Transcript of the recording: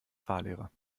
fahrlehrer